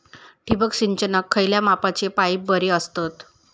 ठिबक सिंचनाक खयल्या मापाचे पाईप बरे असतत?